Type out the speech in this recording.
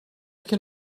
can